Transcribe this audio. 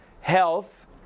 health